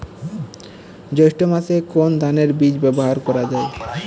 জৈষ্ঠ্য মাসে কোন ধানের বীজ ব্যবহার করা যায়?